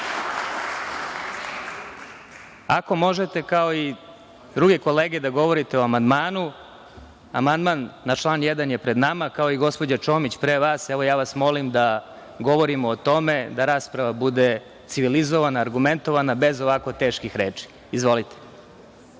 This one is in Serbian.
možete, kao i druge kolege, da govorite o amandmanu, amandman na član 1. je pred nama, kao i gospođa Čomić pre vas. Molim vas da govorimo o tome, da rasprava bude civilizovana, argumentovana, bez ovako teških reči.(Goran